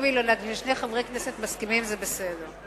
אם שני חברי כנסת מסכימים, זה בסדר.